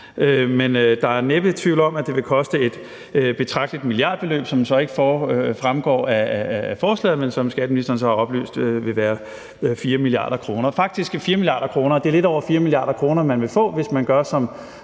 Men der er næppe tvivl om, at det vil koste et betragteligt milliardbeløb, hvilket jo så ikke fremgår af forslaget, men som skatteministeren så har oplyst vil være 4 mia. kr. Faktisk er det lidt over 4 mia. kr., man vil få, hvis man gør, som